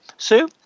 Sue